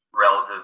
relative